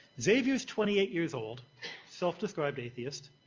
xavier's twenty eight years old self described atheist.